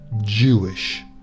Jewish